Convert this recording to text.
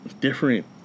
different